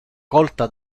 colta